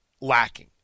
lacking